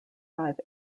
five